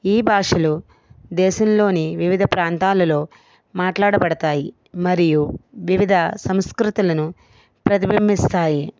ఈ భాషలు దేశంలోని వివిధ ప్రాంతాలలో మాట్లాడబడతాయి మరియు వివిధ సంస్కృతులను ప్రతిబింబిస్తాయి